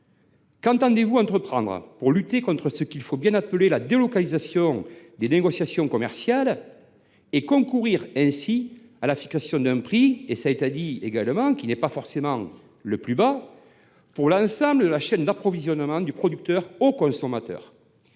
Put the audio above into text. Qu’entendez vous entreprendre pour lutter contre ce qu’il faut bien appeler la délocalisation des négociations commerciales et, ainsi, pour concourir à la fixation d’un juste prix qui n’est pas forcément le plus bas pour l’ensemble de la chaîne d’approvisionnement du producteur au consommateur ?